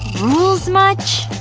rules, much?